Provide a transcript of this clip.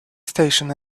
station